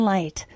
Light